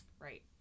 Right